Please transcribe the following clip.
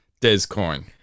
Descoin